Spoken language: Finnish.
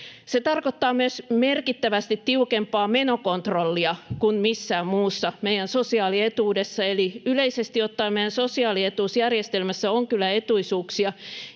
Se tarkoittaa myös merkittävästi tiukempaa menokontrollia kuin missään muussa meidän sosiaalietuudessa. Eli yleisesti ottaen meidän sosiaalietuusjärjestelmässä on kyllä etuisuuksia,